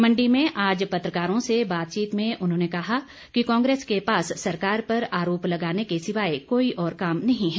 मंडी में आज पत्रकारों से बातचीत में उन्होंने कहा कि कांग्रेस के पास सरकार पर आरोप लगाने के सिवाए कोई और काम नहीं है